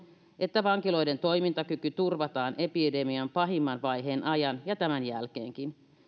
että vankiloiden toimintakyky turvataan epidemian pahimman vaiheen ajan ja tämän jälkeenkin